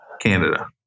Canada